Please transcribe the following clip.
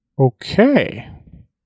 Okay